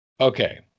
Okay